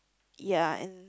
ya and